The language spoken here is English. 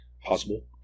Possible